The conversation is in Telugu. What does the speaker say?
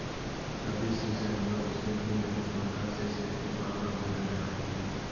రబి సీజన్ లో చెనగగింజలు పంట సేసేకి బాగా ఉండే నెల ఏది?